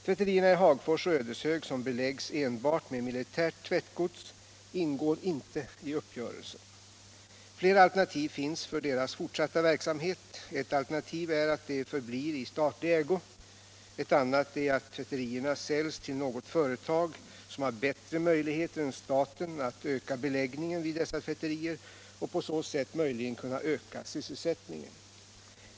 Tvätterierna i Hagfors och Ödeshög, som beläggs enbart med militärt tvättgods, ingår inte i uppgörelsen. Flera alternativ finns för deras fortsatta verksamhet. Ett alternativ är att de förblir i statlig ägo. Ett annat är att tvätterierna säljs till något företag som har bättre möjligheter än staten att öka beläggningen vid dessa tvätterier för att man på så sätt möjligen skulle kunna öka sysselsättningen.